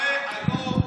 הרי היום,